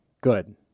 Good